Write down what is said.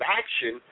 action